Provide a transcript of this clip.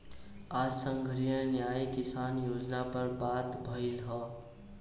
आज संघीय न्याय किसान योजना पर बात भईल ह